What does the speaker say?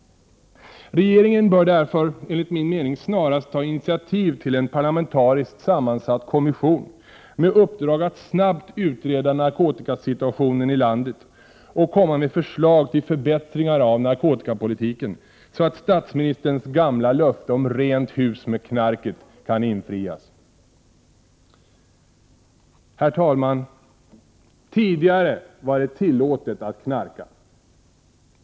Enligt min mening bör regeringen därför snarast ta initiativ till en parlamentariskt sammansatt kommission med uppdrag att snabbt utreda narkotikasituationen i landet och komma med förslag till förbättringar av narkotikapolitiken, så att statsministerns gamla löfte om ”rent hus med knarket” kan infrias. Herr talman! Tidigare var det tillåtet att knarka.